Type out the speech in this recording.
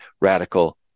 radical